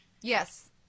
Yes